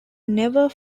never